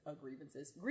grievances